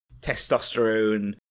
testosterone